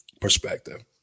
perspective